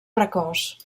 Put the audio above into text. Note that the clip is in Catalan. precoç